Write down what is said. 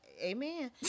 Amen